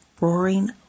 roaring